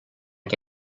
che